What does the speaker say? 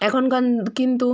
এখনকার কিন্তু